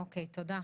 אוקי, תודה.